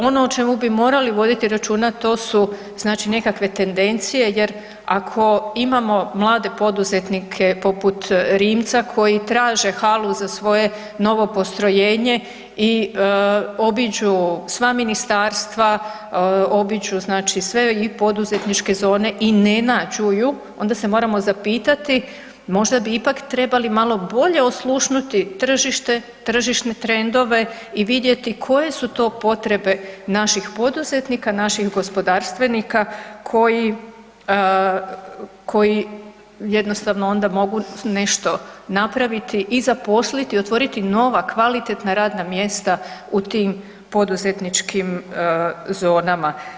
Ono o čemu bi morali voditi računa, to su znači nekakve tendencije jer ako imamo mlade poduzetnike poput Rimca koji traže halu za svoje novo postrojenje i obiđu sva ministarstva, obiđu znači sve i poduzetničke zone i ne nađu ju, onda se moramo zapitati, možda bi ipak trebali malo bolje oslušnuti tržite, tržišne trendove, i vidjeti koje su to potrebe naših poduzetnika, naših gospodarstvenika koji jednostavno onda mogu nešto napraviti i zaposliti, otvoriti nova, kvalitetna radna mjesta u tim poduzetničkim zonama.